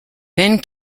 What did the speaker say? then